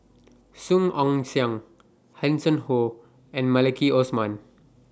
Song Ong Siang Hanson Ho and Maliki Osman